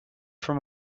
from